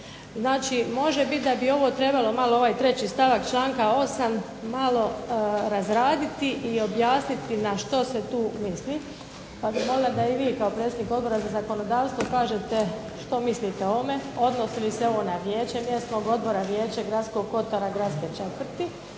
treći stavak članka 8. malo razraditi i objasniti na što se tu misli pa bih molila da i vi kao predsjednik Odbora za zakonodavstvo kažete što mislite o ovome, odnosi li se ovo na vijeće mjesnog odbora, vijeće gradskog kotora gradske četvrti